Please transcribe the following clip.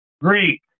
Greek